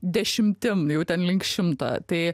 dešimtim jau ten link šimto tai